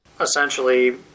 Essentially